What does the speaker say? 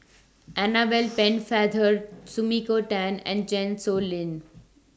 Annabel Pennefather Sumiko Tan and Chan Sow Lin